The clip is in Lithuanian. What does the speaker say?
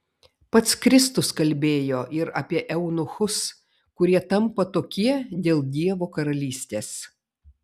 pats kristus kalbėjo ir apie eunuchus kurie tampa tokie dėl dievo karalystės